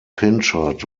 pinchot